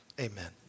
amen